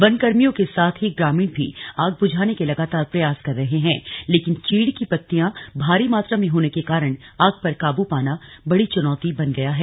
one कर्मियों के साथ ही ग्रामीण भी आग बुझाने के लिए लगातार प्रयास कर रहे हैं लेकिन चीड़ की पत्तियां भारी मात्रा में होने के कारण आग पर काबू पानी बड़ी चुनौती बन गया है